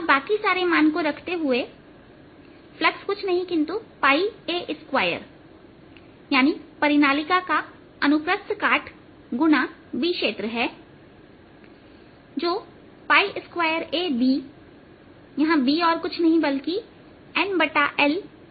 अब बाकी सारे मान को रखते हुए फ्लक्स कुछ नहीं है किंतु a2परिनालिका का अनुप्रस्थ काट गुणा B क्षेत्र है जो a2BBऔर कुछ नहीं बल्कि NLl है